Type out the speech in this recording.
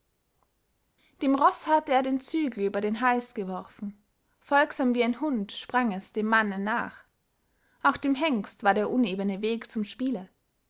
dem roß hatte er den zügel über den hals geworfen folgsam wie ein hund sprang es dem manne nach auch dem hengst war der unebene weg zum spiele